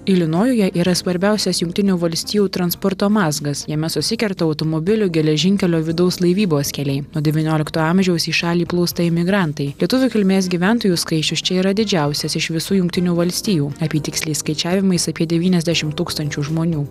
ilinojuje yra svarbiausias jungtinių valstijų transporto mazgas jame susikerta automobilių geležinkelio vidaus laivybos keliai nuo devyniolikto amžiausį šalį plūsta imigrantai lietuvių kilmės gyventojų skaičius čia yra didžiausias iš visų jungtinių valstijų apytiksliais skaičiavimais apie devyniasdešimt tūkstančių žmonių